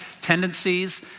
tendencies